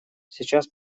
сейчас